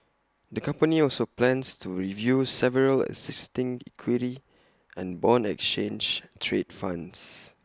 the company also plans to review several existing equity and Bond exchange trade funds